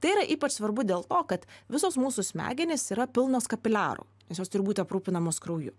tai yra ypač svarbu dėl to kad visos mūsų smegenys yra pilnos kapiliarų nes jos turi būti aprūpinamos krauju